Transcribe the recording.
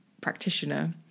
practitioner